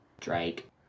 Drake